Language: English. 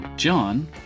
John